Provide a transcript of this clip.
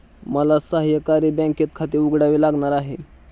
मला सहकारी बँकेत खाते उघडावे लागणार आहे